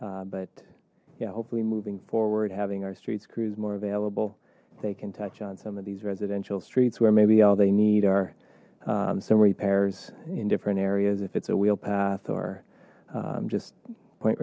but hopefully moving forward having our streets crews more available they can touch on some of these residential streets where maybe all they need are some repairs in different areas if it's a wheel path or just point